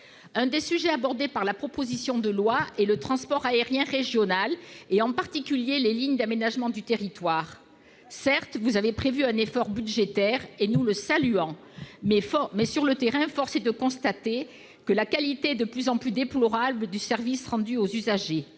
Un des sujets abordés par la proposition de loi est le transport aérien régional, en particulier les lignes d'aménagement du territoire. Certes, vous avez prévu un effort budgétaire, que nous saluons, mais, sur le terrain, force est de constater la qualité de plus en plus déplorable du service rendu aux usagers-